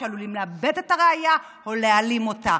או שעלולים לאבד את הראיה או להעלים אותה.